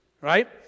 right